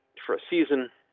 for a season.